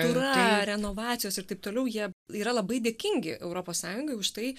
yra renovacijos ir taip toliau jie yra labai dėkingi europos sąjungai už tai